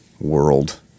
world